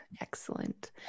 Excellent